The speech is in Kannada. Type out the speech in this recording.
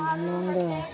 ಇನ್ನೊಂದು